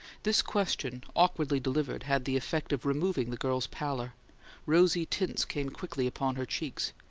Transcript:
this question, awkwardly delivered, had the effect of removing the girl's pallor rosy tints came quickly upon her cheeks.